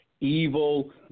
evil